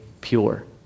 pure